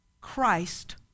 christ